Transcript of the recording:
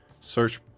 search